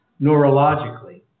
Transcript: neurologically